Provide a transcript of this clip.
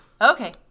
Okay